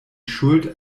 schuld